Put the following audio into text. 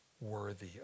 worthy